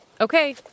Okay